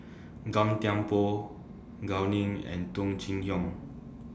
Gan Thiam Poh Gao Ning and Tung Chye Hong